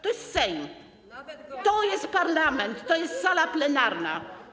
To jest Sejm, to jest parlament, to jest sala plenarna.